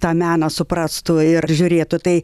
tą meną suprastų ir žiūrėtų tai